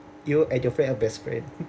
you and your friend are best friend